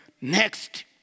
Next